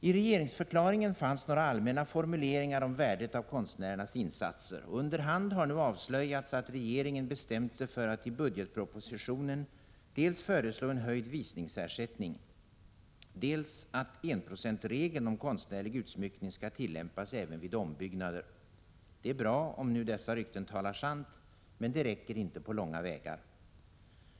I regeringsförklaringen fanns några allmänna formuleringar om värdet av konstnärernas insatser, och under hand har nu avslöjats att regeringen bestämt sig för att i budgetpropositionen dels föreslå att visningsersättningen höjs, dels att enprocentsregeln om konstnärlig utsmyckning skall tillämpas även vid ombyggnader. Det är bra om dessa rykten talar sant. Men det räcker inte på långa vägar.